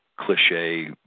cliche